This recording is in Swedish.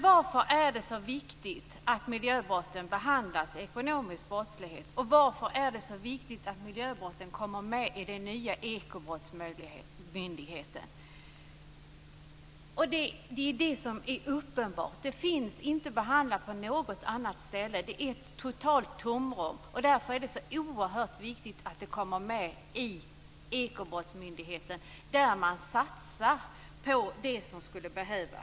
Varför är det så viktigt att miljöbrotten behandlas som ekonomisk brottslighet, och varför är det så viktigt att miljöbrotten kommer med i den nya Ekobrottsmyndigheten? Det är uppenbart. Detta behandlas inte på något annat ställe, utan det handlar om ett totalt tomrum. Därför är det oerhört viktigt att detta kommer med i Ekobrottsmyndigheten, där man satsar på det som skulle behövas.